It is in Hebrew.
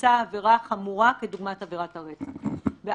ביצע עבירה חמורה כדוגמת עבירת הרצח,